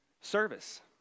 service